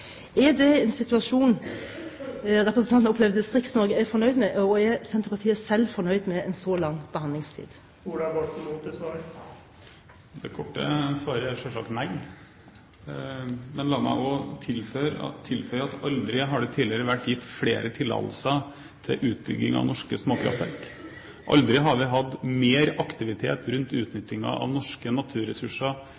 Er det en situasjon representanten opplever at Distrikts-Norge er fornøyd med? Er Senterpartiet selv fornøyd med en så lang behandlingstid? Det korte svaret er selvsagt nei, men la meg også tilføye at aldri tidligere har det vært gitt flere tillatelser til utbygging av norske småkraftverk. Aldri har vi hatt mer aktivitet rundt